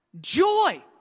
Joy